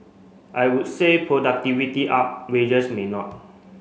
I would say productivity up wages may not